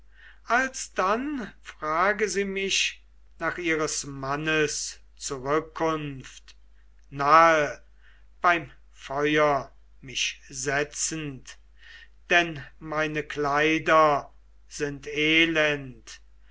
alsdann frage sie mich nach ihres mannes zurückkunft nahe beim feuer mich setzend denn meine kleider sind elend